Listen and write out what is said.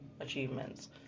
achievements